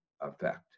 effect